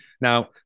now